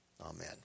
Amen